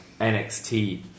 NXT